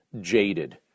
jaded